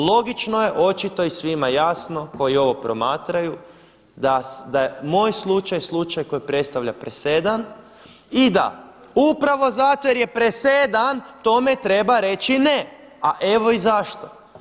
Logično je, očito i svima jasno koji ovo promatraju da je moj slučaj slučaj koji predstavlja presedan i da upravo zato jer je presedan tome treba reći ne, a evo i zašto.